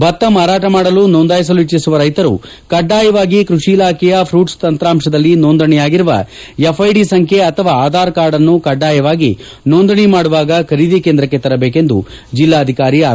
ಭತ್ತ ಮಾರಾಟ ಮಾಡಲು ನೊಂದಾಯಿಸಲು ಇಚ್ಚಿಸುವ ರೈತರು ಕಡ್ಡಾಯವಾಗಿ ಕೃಷಿ ಇಲಾಖೆಯ ಫ್ರೊಟ್ಸ್ ತಂತ್ರಾಂಶದಲ್ಲಿ ನೊಂದಣಿಯಾಗಿರುವ ಎಫ್ಐದಿ ಸಂಖ್ಯೆ ಅಥವಾ ಆಧಾರ್ ಕಾರ್ಡ್ನ್ನು ಕಡ್ಡಾಯವಾಗಿ ನೊಂದಣೆ ಮಾಡುವಾಗ ಖರೀದಿ ಕೇಂದ್ರಕ್ಕೆ ತರಬೇಕೆಂದು ಜಿಲ್ಲಾಧಿಕಾರಿ ಆರ್